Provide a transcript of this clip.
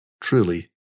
Truly